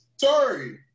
Sorry